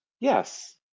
Yes